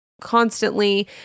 constantly